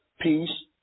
peace